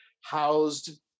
housed